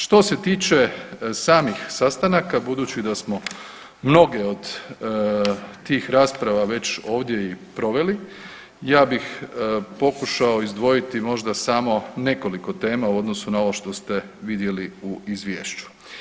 Što se tiče samih sastanaka budući da smo mnoge od tih rasprava ovdje već i proveli ja bih pokušao izdvojiti možda samo nekoliko tema u odnosu na ovo što ste vidjeli u izvješću.